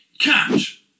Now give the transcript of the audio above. catch